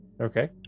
Okay